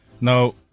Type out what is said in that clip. Now